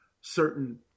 certain